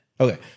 Okay